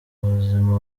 buzima